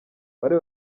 bari